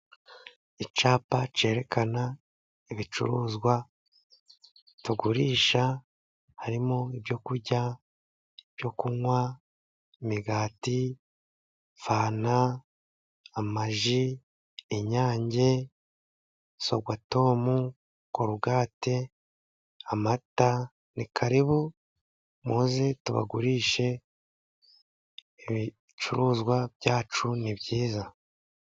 Icyapa cyerekana ibicuruzwa tugurisha, harimo ibyoku kurya, ibyo kunywa, imigati, fanta, amaji, inyange, sorwatome, korugate, amata. Ni karibu muze tubagurishe ibicuruzwa byacu ni byiza.